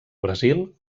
brasil